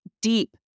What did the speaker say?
deep